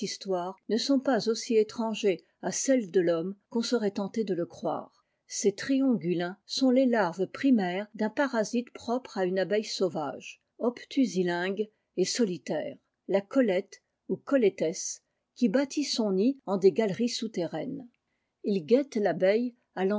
ne sont pas aussi étrangers à celle de l'homme qu'on serait tenté de le croire ces trîongulins sont les larves primaires d'un parasite propre à une abeille sauvage obtusilingue et solitaire la colleté ou colletés qui bâtit son nid en des galeries souterraines ils guettent l'abeille